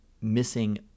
missing